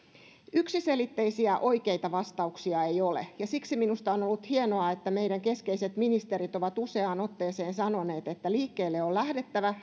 yksiselitteisiä oikeita vastauksia ei ole ja siksi minusta on on ollut hienoa että meidän keskeiset ministerit ovat useaan otteeseen sanoneet että liikkeelle on lähdettävä